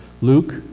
Luke